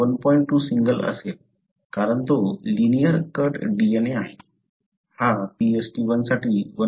2 single असेल कारण तो लिनिअर कट DNA आहे हा PstI साठी 1